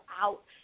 out